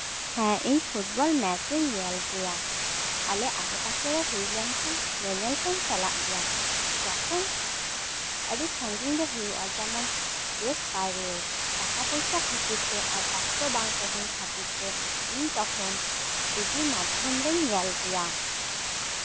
ᱦᱮᱸ ᱤᱧ football match ᱤᱧ ᱧᱮᱞ ᱜᱮᱭᱟ ᱟᱞᱮ ᱟᱰᱮ ᱯᱟᱥᱮ ᱨᱮ ᱦᱩᱭ ᱞᱮᱱᱠᱷᱟᱱ ᱧᱮᱧᱮᱞ ᱦᱚ ᱧ ᱪᱟᱞᱟᱜ ᱜᱮᱭᱟ ᱡᱚᱠᱷᱚᱱ ᱟᱹᱰᱤ ᱥᱟ ᱜᱤᱧ ᱨᱮ ᱦᱩᱭᱩᱜᱼᱟ ᱡᱮᱢᱚᱱ ᱫᱮᱥ ᱵᱟᱭᱨᱮ ᱨᱮ ᱴᱟᱠᱟ ᱯᱚᱭᱥᱟ ᱠᱷᱟᱹᱛᱤᱨ ᱛᱮ ᱟᱨ ᱚᱠᱛᱚ ᱵᱟᱝ ᱛᱟᱦᱮᱱ ᱠᱷᱟᱹᱛᱤᱨ ᱛᱮ ᱤᱧ ᱛᱚᱠᱷᱚᱱ ᱴᱤᱵᱷᱤ ᱢᱟᱫᱽᱫᱷᱚᱢ ᱨᱮᱧ ᱧᱮᱞ ᱜᱮᱭᱟ